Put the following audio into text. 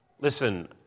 Listen